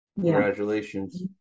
Congratulations